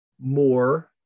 more